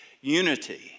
unity